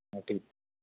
हां ठीक